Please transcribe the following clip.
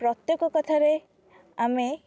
ପ୍ରତ୍ୟେକ କଥାରେ ଆମେ